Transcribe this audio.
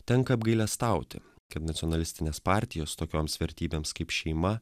tenka apgailestauti kad nacionalistinės partijos tokioms vertybėms kaip šeima